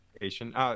Asian